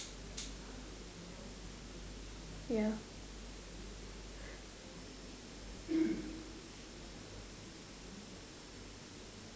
ya